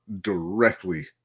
directly